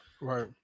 right